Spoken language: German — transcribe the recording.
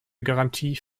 garantie